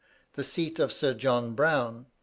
the seat of sir john browne,